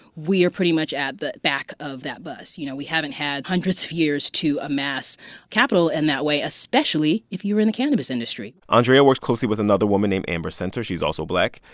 we're pretty much at the back of that bus. you know, we haven't had hundreds of years to amass capital in that way, especially if you were in the cannabis industry andrea works closely with another woman named amber senter. she's also black.